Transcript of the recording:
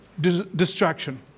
distraction